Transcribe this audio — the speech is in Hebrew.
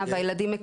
אז אם אתה בא,